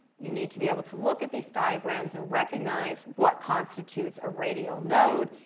you need to be able to look at these diagrams and recognize what constitutes a radial node.